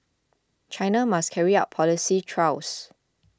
China must carry out policy trials